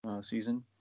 season